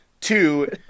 Two